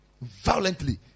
violently